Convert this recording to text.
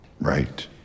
right